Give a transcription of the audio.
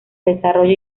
desarrollo